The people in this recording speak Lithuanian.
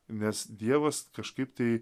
nes dievas kažkaip tai